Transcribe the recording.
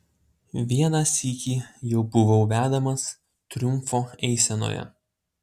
vieną sykį jau buvau vedamas triumfo eisenoje